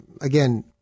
Again